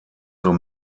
zur